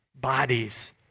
bodies